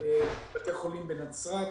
בתי חולים בנצרת,